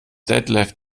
detlef